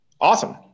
Awesome